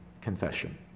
confession